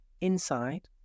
inside